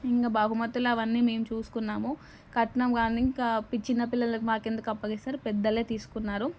ఇంకా బహుమతులు అవన్నీ మేము చూసుకున్నాము కట్నం కానీ ఇంకా చిన్న పిల్లలం మాకు ఎందుకు అప్పగిస్తారు పెద్దలే తీసుకున్నారు